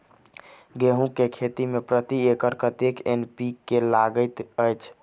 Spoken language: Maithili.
गेंहूँ केँ खेती मे प्रति एकड़ कतेक एन.पी.के लागैत अछि?